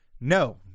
No